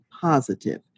positive